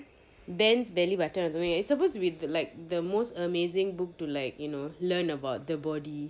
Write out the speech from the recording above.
bands bellybutton or something it's supposed to be like the most amazing book to like you know learn about the body